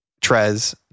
Trez